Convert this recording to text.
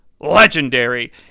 legendary